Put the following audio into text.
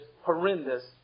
horrendous